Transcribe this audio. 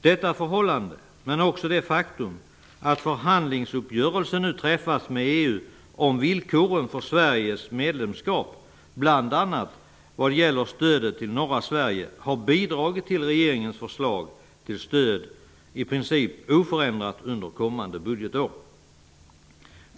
Det faktum att förhandlingsuppgörelsen nu träffats med EU om villkoren för Sveriges medlemskap bl.a. när det gäller stödet till norra Sverige har bidragit till regeringens förslag till i princip oförändrat stöd under kommande budgetår.